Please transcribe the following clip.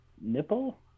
nipple